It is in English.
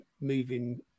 moving